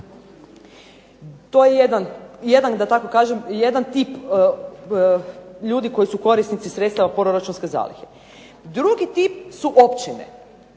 kažem jedan tip ljudi koji su korisnici sredstava proračunske zalihe. Drugi tip su općine.